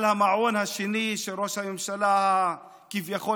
על המעון השני של ראש הממשלה הכביכול-חלופי.